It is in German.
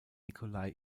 nikolai